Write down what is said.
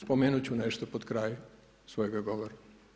Spomenuti ću nešto pod kraj svojega govora.